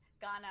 Ghana